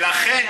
ולכן,